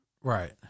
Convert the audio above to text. Right